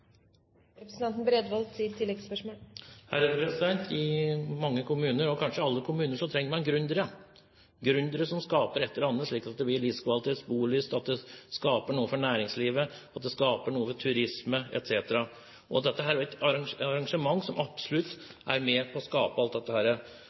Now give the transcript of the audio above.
I mange kommuner, kanskje i alle kommuner, trenger man gründere som skaper et eller annet, slik at det blir livskvalitet, bolyst, som skaper noe for næringslivet, som skaper noe for turisme osv. Dette er et arrangement som absolutt